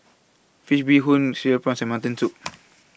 Fish Bee Hoon Cereal Prawns and Mutton Soup